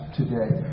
today